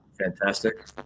Fantastic